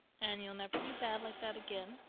and you'll never be bad like that again.